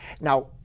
Now